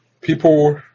people